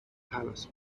palace